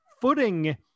footing